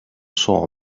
saw